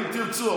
אם תרצו,